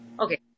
Okay